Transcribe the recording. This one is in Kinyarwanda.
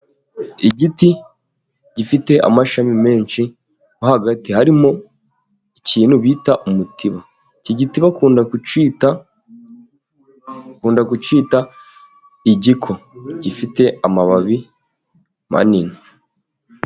Igiti gifite amashami menshi, mo hagati harimo ikintu bita umutiba. Iki giti bakunda kucyita, bakunda kucyita igiko. Gifite amababi manini.